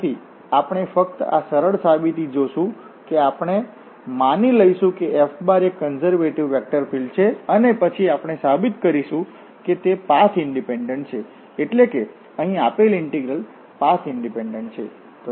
તેથી આપણે ફક્ત આ સરળ સાબિતી જોશું કે આપણે માની લઈશું કે F એક કન્ઝર્વેટિવ વેક્ટર ફીલ્ડ્ છે અને પછી આપણે સાબિત કરીશું કે તે પાથ ઈંડિપેંડન્ટ છે એટ્લે કે અહીં આપેલ ઇન્ટીગ્રલ પાથ ઈંડિપેંડન્ટ છે